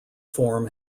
form